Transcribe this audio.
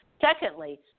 secondly